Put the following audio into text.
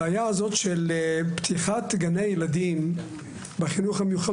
הבעיה של פתיחת גני ילדים בחינוך המיוחד